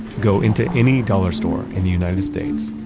go into any dollar store in the united states,